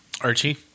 Archie